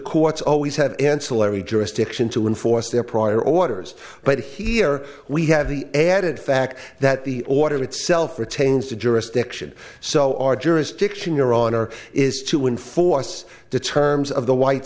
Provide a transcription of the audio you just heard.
courts always have ancillary jurisdiction to enforce their prior orders but here we have the added fact that the order itself retains the jurisdiction so our jurisdiction your honor is to enforce the terms of the white